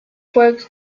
work